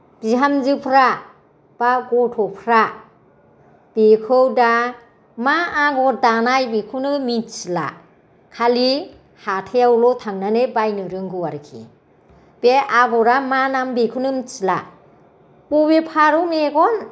बिहामजोफ्रा बा गथफ्रा बेखौ दा मा आगर दानाय बेखौनो मिथिला खालि हाथायावल' थांनानै बायनो रोंगौ आरोखि बे आगरा मा नाम बेखौनो मिथिला बबे फारौ मेगन